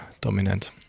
dominant